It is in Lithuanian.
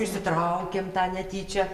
išsitraukėm tą netyčia